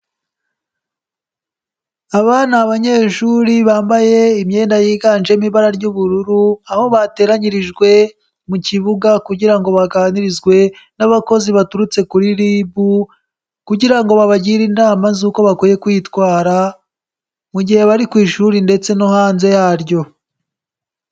Aba ni abanyeshuri bambaye imyenda yiganjemo ibara ry'ubururu, aho bateranyirijwe mu kibuga kugira ngo baganirizwe n'abakozi baturutse kuri RIB, kugira ngo babagire inama z'uko bakwiye kwitwara mu gihe bari ku ishuri ndetse no hanze yaryo.